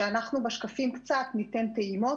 בשקפים ניתן קצת טעימות,